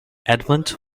edmund